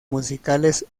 musicales